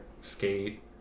skate